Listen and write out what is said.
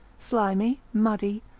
slimy, muddy,